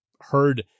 heard